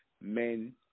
men